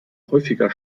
häufiger